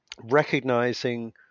recognizing